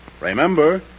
remember